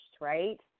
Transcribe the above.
right